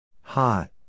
Hot